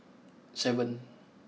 seven